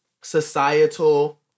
societal